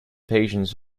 patients